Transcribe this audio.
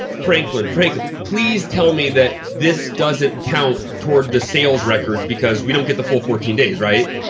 franklin, franklin please tell me that this doesn't count toward the sales records because we don't get the full fourteen days, right?